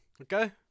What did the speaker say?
Okay